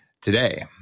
today